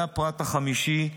והפרט החמישי,